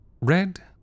red